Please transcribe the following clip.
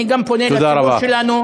אני גם פונה לציבור שלנו.